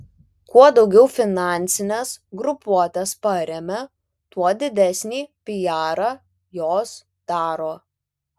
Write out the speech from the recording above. kuo daugiau finansines grupuotes paremia tuo didesnį pijarą jos daro